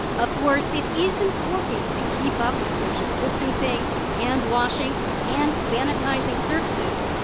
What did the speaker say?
of course, it is important to keep up the social distancing, hand-washing and sanitizing surfaces.